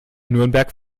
nürnberg